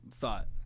thought